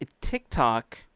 TikTok